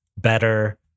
better